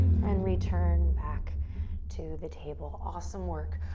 and return back to the table. awesome work.